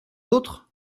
autres